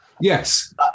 Yes